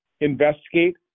investigate